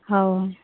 ହେଉ